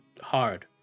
hard